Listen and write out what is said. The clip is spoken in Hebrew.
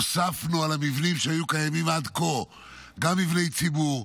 הוספנו על המבנים שהיו קיימים עד כה גם מבני ציבור,